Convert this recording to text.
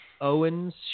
Owens